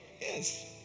yes